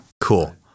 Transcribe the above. Cool